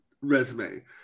resume